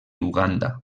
uganda